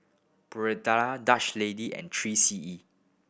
Dutch Lady and Three C E